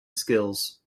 skills